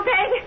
Peg